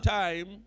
time